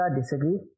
disagree